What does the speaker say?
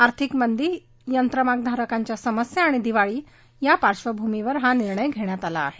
आथिर्क मंदी यंत्रमाग धारकांच्या समस्या आणि दिवाळी या पार्श्वभूमीवर हा निर्णय घेण्यात आला आहे